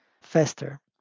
faster